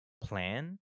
plan